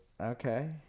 Okay